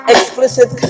Explicit